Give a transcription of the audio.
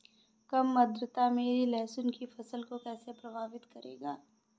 कम आर्द्रता मेरी लहसुन की फसल को कैसे प्रभावित करेगा?